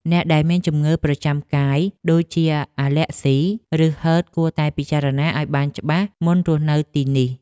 អ្នកដែលមានជំងឺប្រចាំកាយដូចជាអាលែកហ្ស៊ី ឬហឺតគួរតែពិចារណាឱ្យបានច្បាស់មុនរស់នៅទីនេះ។